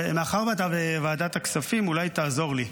מאחר ואתה בוועדת הכספים אולי תעזור לי.